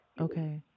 Okay